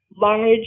large